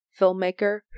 filmmaker